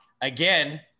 again